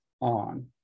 on